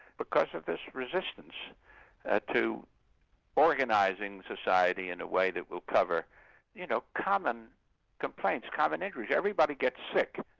because of this resistance ah to organising society in a way that will cover you know common complaints, common injuries. everybody gets sick.